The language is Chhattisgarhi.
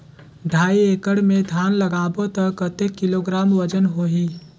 ढाई एकड़ मे धान लगाबो त कतेक किलोग्राम वजन होही?